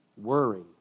worry